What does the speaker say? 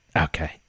Okay